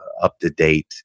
up-to-date